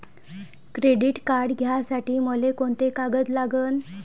Credit card घ्यासाठी मले कोंते कागद लागन?